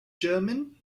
german